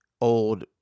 old